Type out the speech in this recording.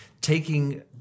taking